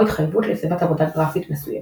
או התחייבות לסביבת עבודה גרפית מסוימת.